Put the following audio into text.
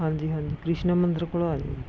ਹਾਂਜੀ ਹਾਂਜੀ ਕ੍ਰਿਸ਼ਨਾ ਮੰਦਰ ਕੋਲ ਆ ਜਿਓ